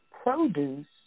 Produce